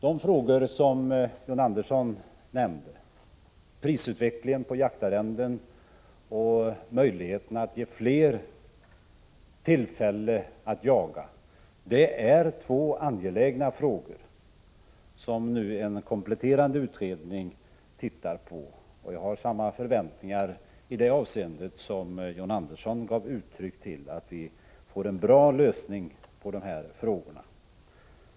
De frågor som John Andersson nämnde, prisutvecklingen på jaktarrenden och möjligheterna att ge fler tillfälle att jaga, är två angelägna frågor som en kompletterande utredning nu ser över. Jag har samma förväntningar som John Andersson gav uttryck för, nämligen att vi får en bra lösning på dessa frågor.